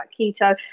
keto